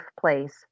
place